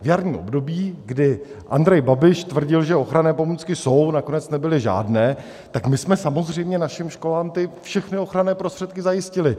V jarním období, kdy Andrej Babiš tvrdil, že ochranné pomůcky jsou, nakonec nebyly žádné, tak my jsme samozřejmě našim školám ty všechny ochranné prostředky zajistili.